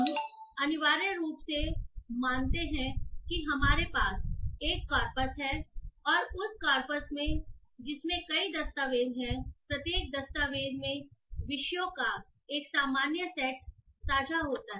हम अनिवार्य रूप से मानते हैं कि हमारे पास एक कॉर्पस है और उस कॉर्पस में जिसमें कई दस्तावेज़ हैं प्रत्येक दस्तावेज़ में विषयों का एक सामान्य सेट साझा होता है